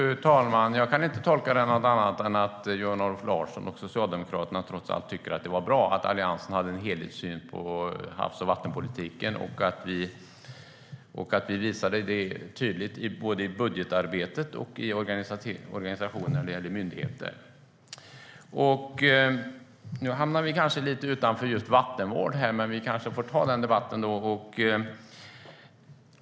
Fru talman! Jag kan inte tolka detta på något annat sätt än att Jan-Olof Larsson och Socialdemokraterna trots allt tycker att det var bra att Alliansen hade en helhetssyn på havs och vattenpolitiken och att vi visade det tydligt både i budgetarbetet och i organisationen när det gäller myndigheter. Nu hamnar vi kanske lite utanför vattenvård här, men vi kanske får ta den debatten.